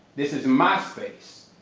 this is my space.